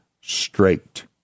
straight